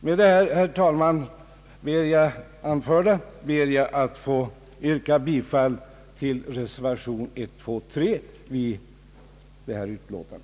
Med det anförda, herr talman, ber jag att få yrka bifall till reservationerna 1a, 2 och 3 vid detta utlåtande.